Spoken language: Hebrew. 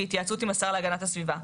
בהתייעצות עם השר להגנת הסביבה.